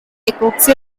epoxy